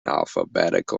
alphabetical